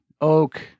oak